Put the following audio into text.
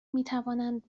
میتوانند